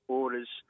orders